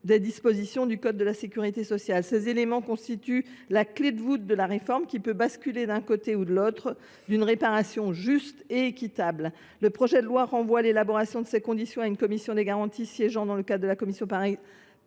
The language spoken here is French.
des dispositions du code de la sécurité sociale. Ces éléments constituent la clé de voûte de la réforme, qui peut basculer d’un côté ou de l’autre d’une réparation juste et équitable. Le projet de loi renvoie l’élaboration de ces conditions à une commission des garanties siégeant dans le cadre de la commission paritaire